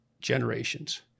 generations